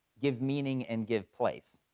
give meaning, and give place.